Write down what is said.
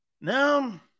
Now